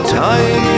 time